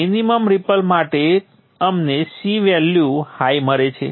તેથી minimum ripple માટે અમને C વેલ્યુ હાઇ મળે છે